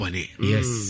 Yes